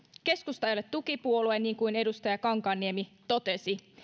keskusta ei ole tukipuolue niin kuin edustaja kankaanniemi totesi